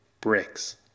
bricks